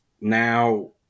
now